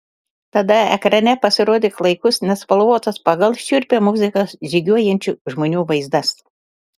tada ekrane pasirodė klaikus nespalvotas pagal šiurpią muziką žygiuojančių žmonių vaizdas